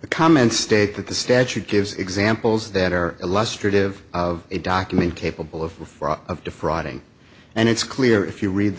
the comment state that the statute gives examples that are illustrative of a document capable of of defrauding and it's clear if you read the